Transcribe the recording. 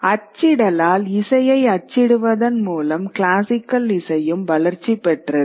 அச்சிடலால் இசையை அச்சிடுவதன் மூலம் கிளாசிக்கல் இசையும் வளர்ச்சி பெற்றது